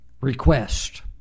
request